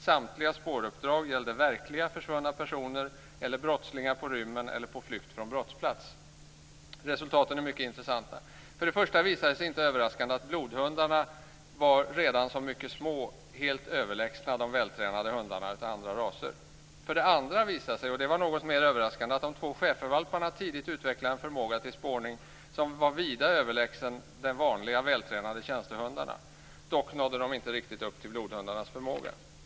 Samtliga spåruppdrag gällde verkliga försvunna personer eller brottslingar på rymmen eller på flykt från brottsplats. Resultaten är mycket intressanta. För det första visar det sig inte överraskande att blodhundarna redan som mycket små var helt överlägsna de vältränade hundarna av andra raser. För det andra, och det var något mer överraskande, visade det sig att de två schäfervalparna tidigt utvecklade en förmåga till spårning som var vida överlägsen de vanliga, vältränade tjänstehundarnas. Dock nådde de inte riktigt upp till blodhundarnas förmåga.